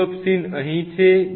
rhodopsin અહીં છે